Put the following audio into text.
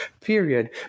period